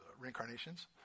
reincarnations